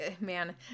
Man